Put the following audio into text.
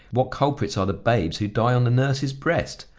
what culprits are the babes who die on the nurse's breast!